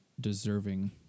deserving